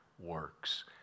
works